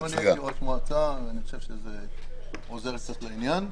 גם אני הייתי ראש מועצה ואני חושב שזה עוזר קצת לעניין.